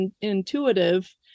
intuitive